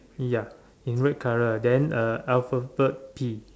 ya in red colour then uh alphabet P